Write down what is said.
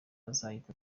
azahita